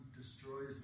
destroys